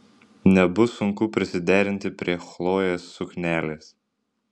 nebus sunku prisiderinti prie chlojės suknelės